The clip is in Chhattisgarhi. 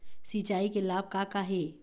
सिचाई के लाभ का का हे?